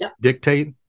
dictate